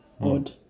odd